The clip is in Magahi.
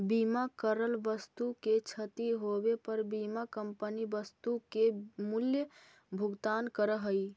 बीमा करल वस्तु के क्षती होवे पर बीमा कंपनी वस्तु के मूल्य भुगतान करऽ हई